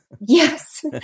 Yes